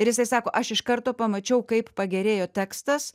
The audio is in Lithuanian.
ir jisai sako aš iš karto pamačiau kaip pagerėjo tekstas